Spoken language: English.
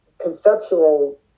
conceptual